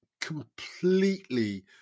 completely